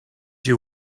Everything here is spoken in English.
you